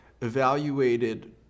evaluated